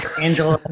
Angela